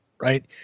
right